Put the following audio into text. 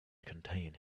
contain